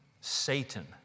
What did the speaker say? Satan